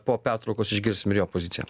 po pertraukos išgirsim ir jo poziciją